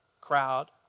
crowd